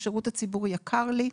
השירות הציבורי יקר לי,